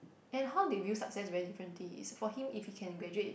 and how they view success is very different thing is for him if he can graduate